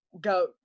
go